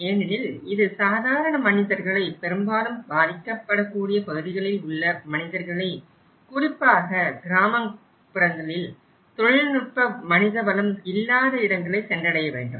ஏனெனில் இது சாதாரண மனிதர்களை பெரும்பாலும் பாதிக்கப்படக்கூடிய பகுதிகளில் உள்ள மனிதர்களை குறிப்பாக கிராமப்புறங்களில் தொழில்நுட்ப மனிதவளம் இல்லாத இடங்களை சென்றடைய வேண்டும்